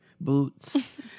Boots